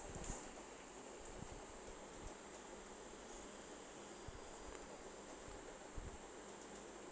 okay